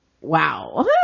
wow